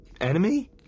enemy